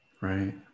right